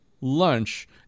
lunch